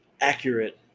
accurate